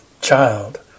child